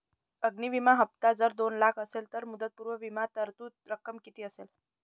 अग्नि विमा हफ्ता जर दोन लाख असेल तर मुदतपूर्व विमा तरतूद रक्कम किती असेल?